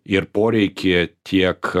ir poreikį tiek